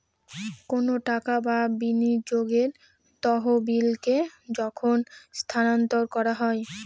কোনো টাকা বা বিনিয়োগের তহবিলকে যখন স্থানান্তর করা হয়